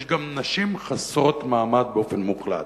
יש גם נשים חסרות מעמד באופן מוחלט.